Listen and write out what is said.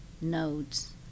nodes